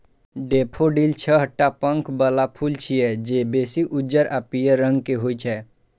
daffodil छह टा पंख बला फूल छियै, जे बेसी उज्जर आ पीयर रंग के होइ छै